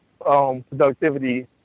productivity